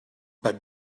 but